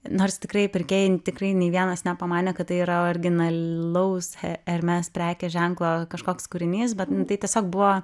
nors tikrai pirkėjai tikrai nei vienas nepamanė kad tai yra originalaus ar mes prekės ženklo kažkoks kūrinys bet tai tiesiog buvo